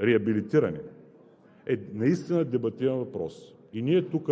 реабилитирани, е наистина дебатиран въпрос. Ние тук